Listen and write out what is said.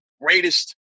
greatest